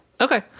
Okay